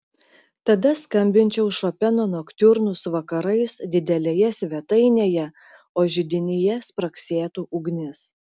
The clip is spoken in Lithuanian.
tada skambinčiau šopeno noktiurnus vakarais didelėje svetainėje o židinyje spragsėtų ugnis